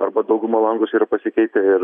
arba dauguma langus yra pasikeitę ir